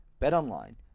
Betonline